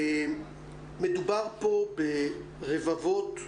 מדובר פה ברבבות,